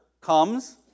comes